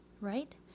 right